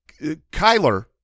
Kyler